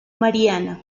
mariana